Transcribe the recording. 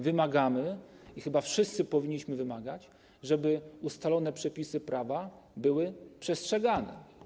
Wymagamy, i chyba wszyscy powinniśmy wymagać, żeby ustalone przepisy prawa były przestrzegane.